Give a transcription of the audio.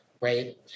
Right